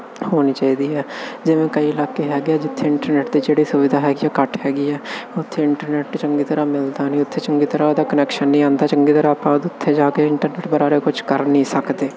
ਹੋਣੀ ਚਾਹੀਦੀ ਆ ਜਿਵੇਂ ਕਈ ਇਲਾਕੇ ਹੈਗੇ ਆ ਜਿੱਥੇ ਇੰਟਰਨੈਟ ਦੀ ਜਿਹੜੀ ਸੁਵਿਧਾ ਹੈਗੀ ਉਹ ਘੱਟ ਹੈਗੀ ਆ ਉੱਥੇ ਇੰਟਰਨੈਟ ਚੰਗੀ ਤਰ੍ਹਾਂ ਮਿਲਦਾ ਨਹੀਂ ਉੱਥੇ ਚੰਗੀ ਤਰ੍ਹਾਂ ਉਹਦਾ ਕਨੈਕਸ਼ਨ ਨਹੀਂ ਆਉਂਦਾ ਚੰਗੀ ਤਰ੍ਹਾਂ ਆਪਾਂ ਉੱਥੇ ਜਾ ਕੇ ਇੰਟਰਨੈਟ ਬਾਰੇ ਕੁਝ ਕਰ ਨਹੀਂ ਸਕਦੇ